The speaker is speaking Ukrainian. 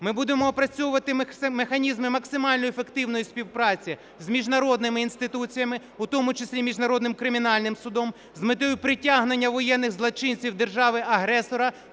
Ми будемо опрацьовувати механізми максимально ефективної співпраці з міжнародними інституціями, у тому числі Міжнародним кримінальним судом з метою притягнення воєнних злочинців держави-агресора